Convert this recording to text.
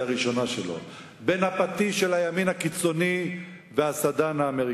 הראשונה שלו: בין הפטיש של הימין הקיצוני לסדן האמריקני.